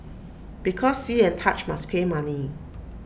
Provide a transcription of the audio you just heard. because see and touch must pay money